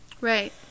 right